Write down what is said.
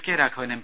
കെരാഘവൻ M